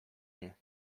nie